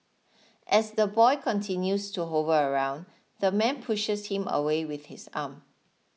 as the boy continues to hover around the man pushes him away with his arm